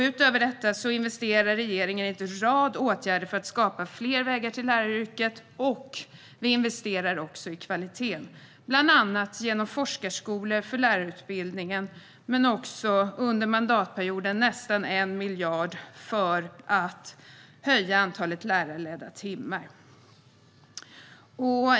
Utöver detta investerar regeringen i en rad åtgärder för att skapa fler vägar till läraryrket, och vi investerar också i kvaliteten, bland annat genom forskarskolor för lärarutbildningen och genom att under mandatperioden avsätta nästan 1 miljard för att höja antalet lärarledda timmar.